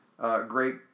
Great